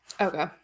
Okay